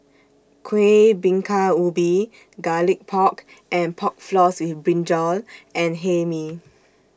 Kuih Bingka Ubi Garlic Pork and Pork Floss with Brinjal and Hae Mee